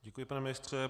Děkuji, pane ministře.